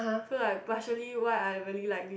so like partially what I really like this